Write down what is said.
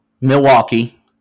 Milwaukee